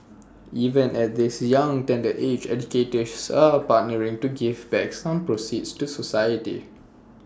even at this young tender age educators are partnering to give back some proceeds to society